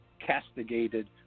castigated